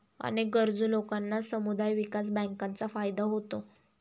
अनेक गरजू लोकांना समुदाय विकास बँकांचा फायदा होतो